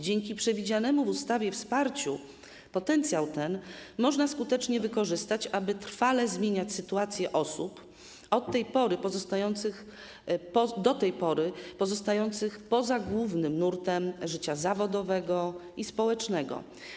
Dzięki przewidzianemu w ustawie wsparciu potencjał ten można skutecznie wykorzystać, aby trwale zmieniać sytuację osób do tej pory pozostających poza głównym nurtem życia zawodowego i społecznego.